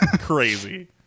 crazy